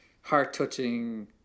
heart-touching